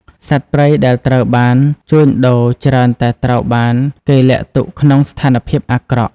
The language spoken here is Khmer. សត្វព្រៃដែលត្រូវបានជួញដូរច្រើនតែត្រូវបានគេលាក់ទុកក្នុងស្ថានភាពអាក្រក់។